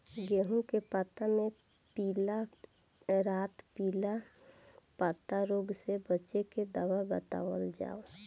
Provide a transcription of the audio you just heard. गेहूँ के पता मे पिला रातपिला पतारोग से बचें के दवा बतावल जाव?